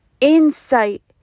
Insight